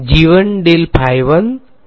વિદ્યાર્થી g 1